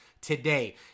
Today